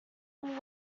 what